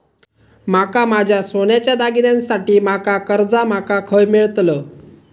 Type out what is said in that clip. माका माझ्या सोन्याच्या दागिन्यांसाठी माका कर्जा माका खय मेळतल?